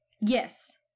Yes